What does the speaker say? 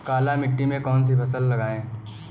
काली मिट्टी में कौन सी फसल लगाएँ?